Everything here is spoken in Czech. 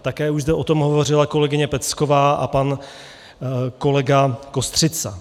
Také už zde o tom hovořila kolegyně Pecková a pan kolega Kostřica.